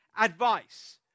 advice